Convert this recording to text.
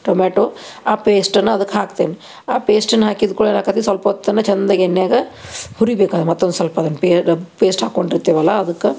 tomato ಆ ಪೇಸ್ಟನ್ನು ಅದಕ್ಕೆ ಹಾಕ್ತೀನಿ ಆ ಪೇಸ್ಟನ್ನು ಹಾಕಿದ ಕೂಡಲೇ ಏನಾಕೈತಿ ಸ್ವಲ್ಪೊತ್ತನ ಚಂದಾಗಿ ಎಣ್ಣೆಯಾಗ ಹುರಿಬೇಕದನ್ನು ಮತ್ತೊಂದು ಸ್ವಲ್ಪ ಅದನ್ನು ಪೇರ ಪೇಸ್ಟ್ ಹಾಕ್ಕೊಂಡಿರ್ತೇವಲ್ಲ ಅದಕ್ಕೆ